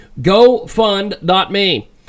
GoFund.me